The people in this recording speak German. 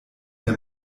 der